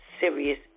serious